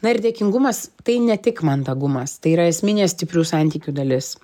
na ir dėkingumas tai ne tik mandagumas tai yra esminė stiprių santykių dalis